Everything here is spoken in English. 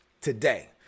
today